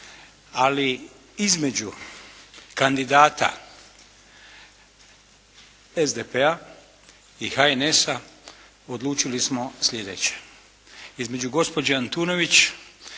ali između kandidata SDP-a i HNS-a odlučili smo slijedeće.